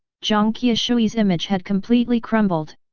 jiang qiushui's image had completely crumbled.